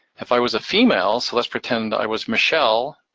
if i was a female, so let's pretend i was michelle,